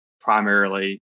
primarily